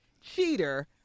cheater